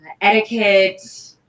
etiquette